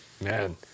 Man